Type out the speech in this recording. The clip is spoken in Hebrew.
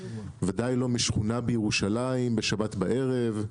ודאי לא משכונה בירושלים בשבת בערב,